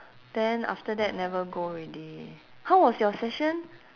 then after that never go already how was your session